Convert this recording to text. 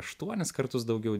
aštuonis kartus daugiau